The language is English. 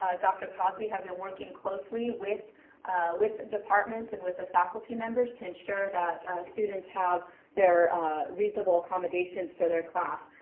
ah dr. crosby, have been working closely with with departments and with the faculty members to ensure that students have their reasonable accommodations for their class.